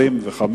25)